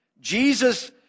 Jesus